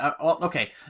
Okay